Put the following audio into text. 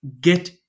get